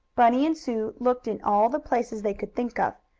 bunny and sue looked in all the places they could think of.